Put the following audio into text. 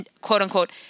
Quote-unquote